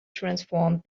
transformed